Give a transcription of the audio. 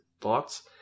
thoughts